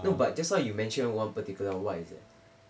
no but just now you mentioned one particular what is that